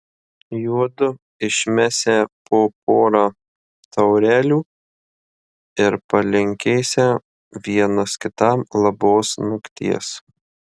juodu išmesią po porą taurelių ir palinkėsią vienas kitam labos nakties